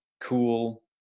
cool